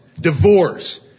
Divorce